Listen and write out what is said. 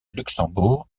luxembourg